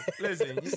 listen